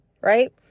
right